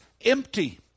empty